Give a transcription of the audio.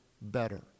better